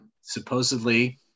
Supposedly